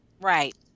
Right